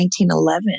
1911